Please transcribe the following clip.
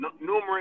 numerous